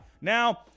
Now